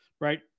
right